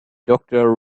doctor